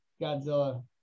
Godzilla